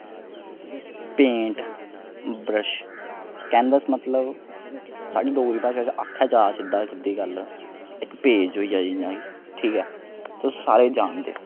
paint brush canvas मतलब साढ़ी डोगरी भाशा च आखेआ जा सिद्धा सिद्धी गल्ल इक पेज होई गेआ जियां ठीक ऐ तुस सारे जानदे ओ